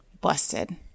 Busted